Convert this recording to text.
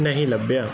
ਨਹੀਂ ਲੱਭਿਆ